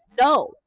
no